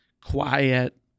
quiet